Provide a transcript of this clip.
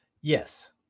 Yes